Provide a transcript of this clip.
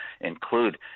include